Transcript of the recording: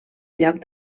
lloc